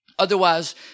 Otherwise